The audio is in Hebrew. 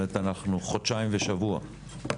אנחנו חודשיים ושבוע לפני.